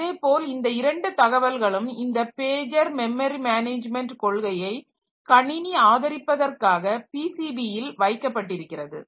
அதேபோல இந்த இரண்டு தகவல்களும் இந்த பேஜர் மெமரி மேனேஜ்மென்ட் கொள்கையை கணினி ஆதரிப்பதற்காக PCB யில் வைக்கப்பட்டிருக்கிறது